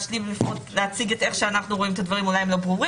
לבוא ולהגיד שאני לא יכול לשלוח כי תיבת איננה קיימת יותר.